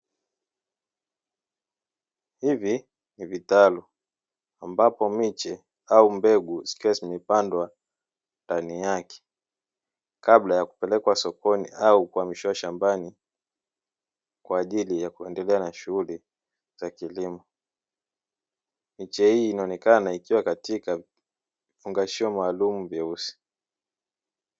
Hivi ni vitalu ambapo miche au mbegu zikiwa zimepandwa ndani yake kabla ya kupelekwa sokoni au kuhamishiwa shambani kwa ajili ya kuendelea na shughuli za kilimo. Miche hii inaonekana ikiwa katika vifungashio maalumu vyeusi.